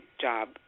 job